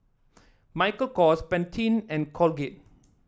Michael Kors Pantene and Colgate